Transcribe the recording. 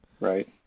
Right